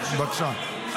בבקשה.